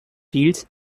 fields